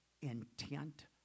intent